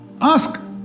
ask